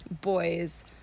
boys